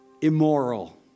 immoral